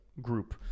group